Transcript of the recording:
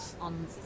on